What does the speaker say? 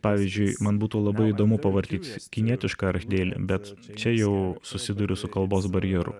pavyzdžiui man būtų labai įdomu pavartyt kinietišką archdeili bet čia jau susiduriu su kalbos barjeru